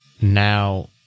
Now